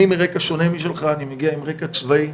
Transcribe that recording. אני מרקע שונה משלך, אני מגיע עם רקע צבאי.